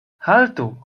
haltu